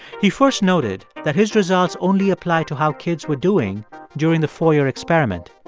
he first noted that his results only apply to how kids were doing during the four-year experiment.